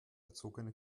erzogene